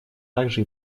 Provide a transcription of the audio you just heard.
также